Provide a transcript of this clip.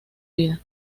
vida